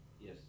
Yes